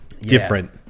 different